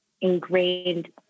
Ingrained